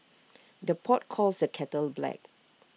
the pot calls the kettle black